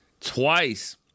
twice